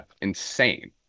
insane